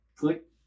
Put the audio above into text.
Click